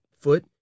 foot